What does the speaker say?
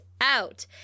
out